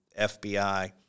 FBI